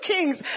Kings